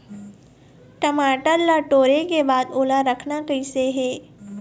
टमाटर ला टोरे के बाद ओला रखना कइसे हे?